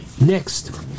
Next